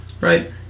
Right